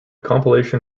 compilation